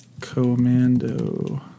Commando